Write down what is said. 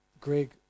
Greg